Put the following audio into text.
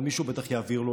אבל מישהו בטח יעביר לו,